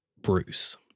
Bruce